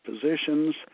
positions